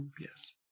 yes